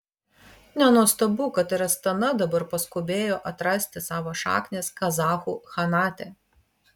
nenuostabu kad ir astana dabar paskubėjo atrasti savo šaknis kazachų chanate